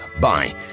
Bye